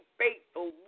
faithful